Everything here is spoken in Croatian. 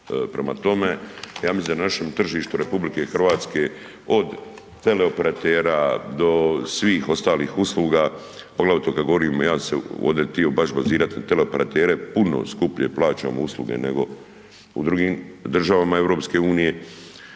prema tome ja mislim da našem tržištu RH od teleoperatera do svih ostalih usluga, poglavito kada govorimo ja bi se htio ovdje bazirati baš na teleoperatere, puno skuplje plaćamo usluge nego u drugim državama EU.